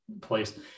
place